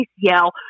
yell